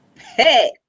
hey